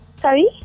Sorry